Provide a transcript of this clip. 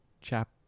chap